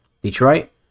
Detroit